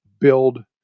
build